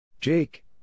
Jake